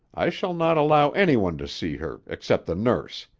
i shall not allow any one to see her, except the nurse.